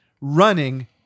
running